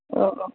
अ अ